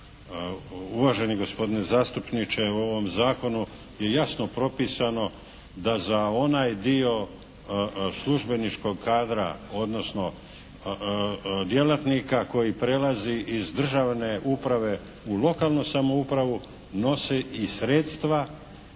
uvaženi gospodine zastupniče, u ovom zakonu je jasno propisano da za onaj dio službeničkog kadra odnosno djelatnika koji prelazi iz državne uprave u lokalnu samoupravu nose i sredstva